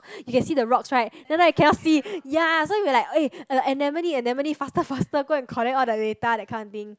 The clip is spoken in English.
you can see the rocks right then like you cannot see ya so we're like eh anemone anemone faster faster go collect all the data that kind of thing